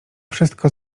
wszystko